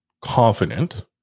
confident